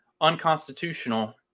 unconstitutional